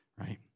right